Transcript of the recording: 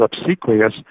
obsequious